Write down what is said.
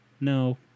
No